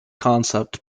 concept